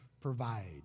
provide